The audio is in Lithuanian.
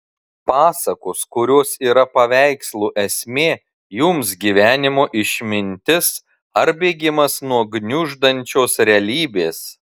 pasakos kurios yra paveikslų esmė jums gyvenimo išmintis ar bėgimas nuo gniuždančios realybės